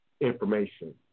information